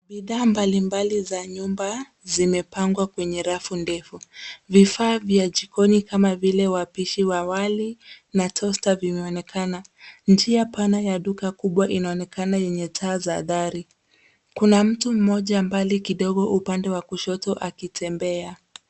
Bidhaa mbalimbali za nyumba zimepangwa kwenye rafu ndefu. Vifaa vya jikoni kama vile wapishi wa wali na toaster vimeonekana. Njia pana ya duka kubwa inaonekana yenye taa za dari. Kuna mtu mmoja mbali kidogo upande wa kushoto akitembea.